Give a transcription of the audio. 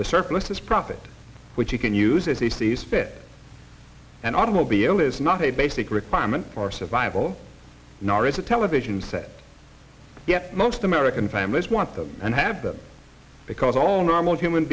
the surplus is profit which you can use as a sees fit and automobile is not a basic requirement for survival nor is a television set yet most american families want them and have them because all normal human